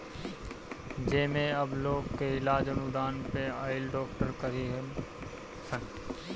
जेमे अब लोग के इलाज अनुदान पे आइल डॉक्टर करीहन सन